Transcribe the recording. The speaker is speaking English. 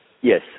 Yes